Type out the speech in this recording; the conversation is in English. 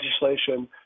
legislation